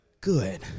good